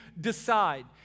decide